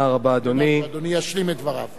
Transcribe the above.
אדוני ישלים את דבריו.